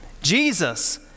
Jesus